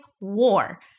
War